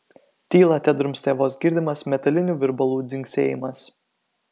tylą tedrumstė vos girdimas metalinių virbalų dzingsėjimas